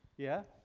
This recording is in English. yeah?